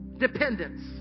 Dependence